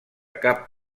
cap